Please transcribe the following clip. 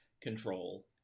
control